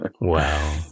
Wow